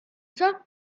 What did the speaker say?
tucked